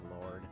lord